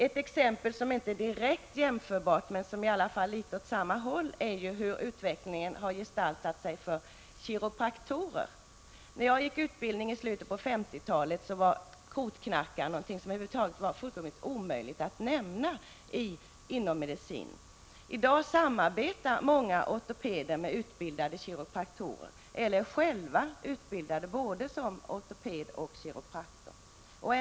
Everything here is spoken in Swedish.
Ett exempel, som inte är direkt jämförbart men som i alla fall är litet åt samma håll, är hur utvecklingen har gestaltats sig för kiropraktorer. När jag genomgick utbildning i slutet av 1950-talet, var kotknackare någonting som det var fullkomligt omöjligt att nämna inom medicinen. I dag samarbetar många ortopeder med utbildade kiropraktorer eller är själva utbildade både som ortopeder och kiropraktorer.